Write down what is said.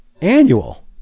annual